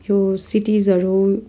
यो सिटिजहरू